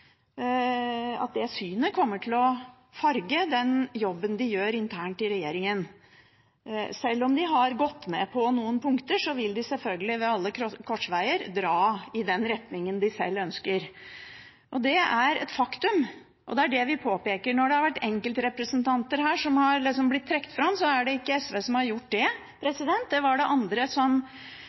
at de kommer til å jobbe for at det synet kommer til å farge den jobben de gjør internt i regjeringen. Sjøl om de har gått med på noen punkter, vil de sjølsagt ved alle korsveier dra i den retningen som de sjøl ønsker. Det er et faktum, og det er det vi påpeker. Når enkeltrepresentanter har blitt trukket fram her, er det ikke SV som har gjort det. Det var andre